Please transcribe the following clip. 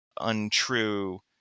untrue